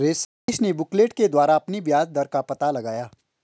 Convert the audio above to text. रमेश ने बुकलेट के द्वारा अपने ब्याज दर का पता लगाया